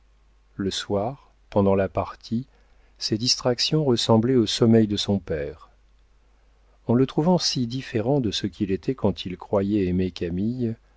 le soir pendant la partie ses distractions ressemblaient au sommeil de son père en le trouvant si différent de ce qu'il était quand il croyait aimer